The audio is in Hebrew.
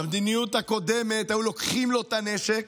במדיניות הקודמת היו לוקחים לו את הנשק,